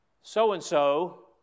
so-and-so